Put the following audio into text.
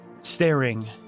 staring